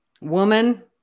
woman